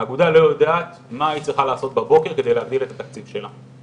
אגודה לא יודעת מה היא צריכה לעשות בבוקר כדי להגדיל את התקציב שלה.